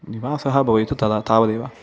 निवासः भवेत् तदा तावदेव